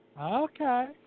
Okay